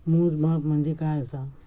मोजमाप म्हणजे काय असा?